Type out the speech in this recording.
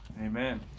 Amen